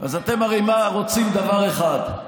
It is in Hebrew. אז אתם הרי רוצים דבר אחד,